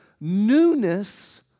newness